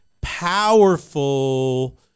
powerful